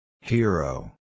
Hero